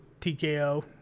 TKO